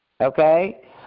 okay